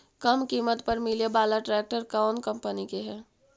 कम किमत पर मिले बाला ट्रैक्टर कौन कंपनी के है?